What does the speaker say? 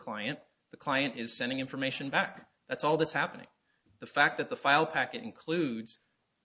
client the client is sending information back that's all that's happening the fact that the file packet includes